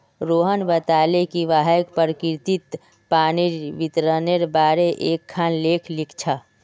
रोहण बताले कि वहैं प्रकिरतित पानीर वितरनेर बारेत एकखाँ आलेख लिख छ